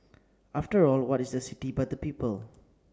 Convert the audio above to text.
after all what is the city but the people